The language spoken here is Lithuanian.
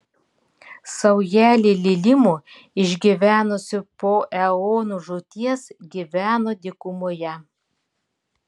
saujelė lilimų išgyvenusių po eonų žūties gyveno dykumoje